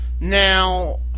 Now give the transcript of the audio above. Now